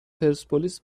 پرسپولیس